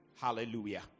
Hallelujah